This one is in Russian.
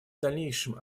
дальнейшем